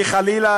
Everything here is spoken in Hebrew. כי חלילה,